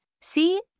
See